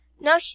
No